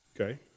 Okay